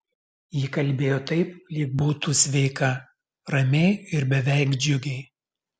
ji kalbėjo taip lyg būtų sveika ramiai ir beveik džiugiai